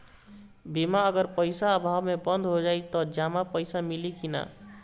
बीमा अगर पइसा अभाव में बंद हो जाई त जमा पइसा मिली कि न?